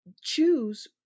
choose